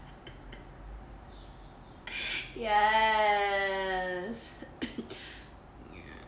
yes